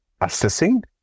assessing